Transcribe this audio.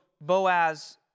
Boaz